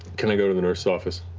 can i go to the nurse's office?